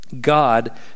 God